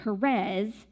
Perez